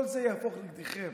כל זה יהפוך נגדכם.